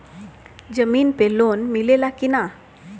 जमीन पे लोन मिले ला की ना?